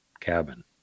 cabin